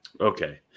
Okay